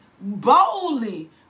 boldly